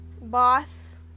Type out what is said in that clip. boss